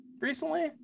recently